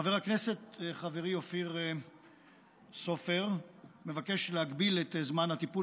חבר הכנסת חברי אופיר סופר מבקש להגביל את זמן הטיפול